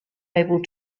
able